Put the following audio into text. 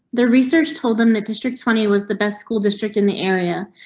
their research told them that district twenty was the best school district in the area,